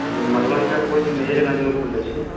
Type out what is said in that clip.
हम मधुबनी जिलासँ बोलै छी मेजरगञ्जमे खोललै छी